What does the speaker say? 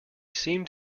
seemed